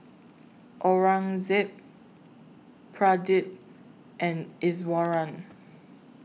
Aurangzeb Pradip and Iswaran